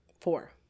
Four